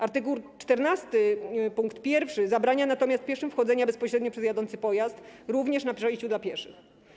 Art. 14 pkt 1 zabrania natomiast pieszym wchodzenia bezpośrednio przed jadący pojazd, również na przejściu dla pieszych.